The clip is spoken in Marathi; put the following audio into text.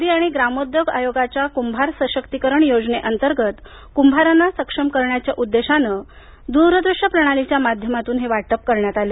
खादी आणि ग्रामोद्योग आयोगाच्या कुंभार सशक्तिकरण योजनेअंतर्गत कुंभारांना सक्षम करण्याच्या उद्देशानं दूर दृश्य प्रणालीच्या माध्यमातून हे वाटप करण्यात आलं